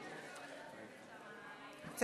פשוט נרשמת להצעה הבאה.